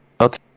okay